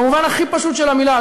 במובן הכי פשוט של המילה,